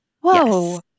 Whoa